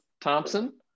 Thompson